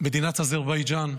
מדינת אזרבייג'ן,